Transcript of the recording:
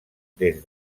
des